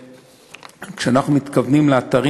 שכשאנחנו מתכוונים לאתרים,